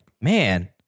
man